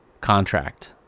contract